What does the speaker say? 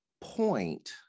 point